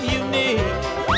unique